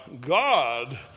God